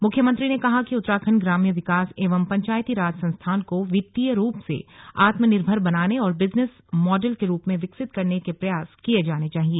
मुख्यमंत्री ने कहा कि उत्तराखण्ड ग्राम्य विकास एवं पंचायती राज संस्थान को वित्तीय रूप से आत्मनिर्भर बनाने और बिजनेस मॉडल के रूप में विकसित करने के प्रयास किये जाने चाहिए